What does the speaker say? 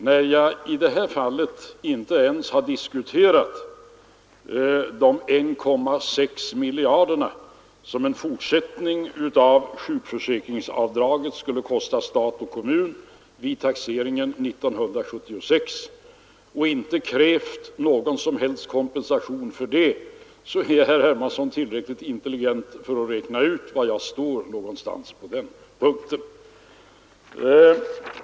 Om jag säger att jag inte ens har diskuterat de 1,6 miljarderna som en fortsättning av sjukförsäkringsavdraget skulle kosta stat och kommun vid taxeringen 1976 och inte krävt någon som helst kompensation för det, så är herr Hermansson tillräckligt intelligent för att räkna ut var jag står på den punkten.